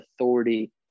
authority